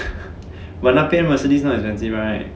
but 那边 Mercedes not expensive right